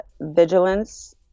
vigilance